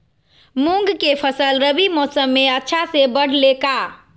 मूंग के फसल रबी मौसम में अच्छा से बढ़ ले का?